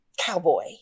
cowboy